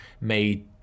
made